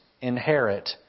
inherit